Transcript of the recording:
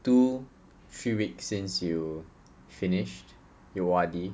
two three weeks since you finished your O_R_D